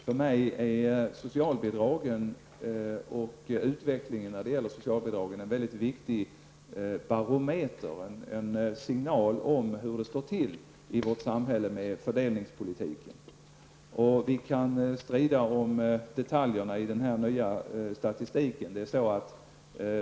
För min del är utvecklingen av socialbidragen en viktig barometer, en signal på hur det står till i vårt samhälle med fördelningspolitiken. Vi kan strida om detaljerna i den nya statistiken.